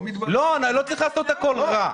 לא צריך לעשות הכול רע.